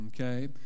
Okay